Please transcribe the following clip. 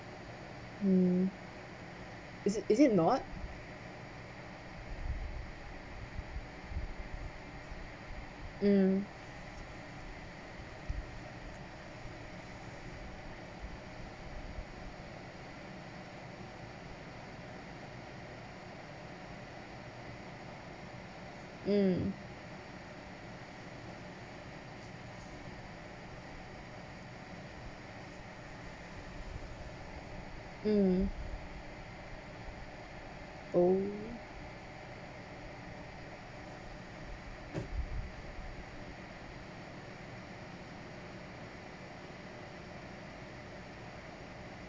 mm is it is it not mm mm mm oh